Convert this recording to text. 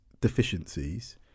deficiencies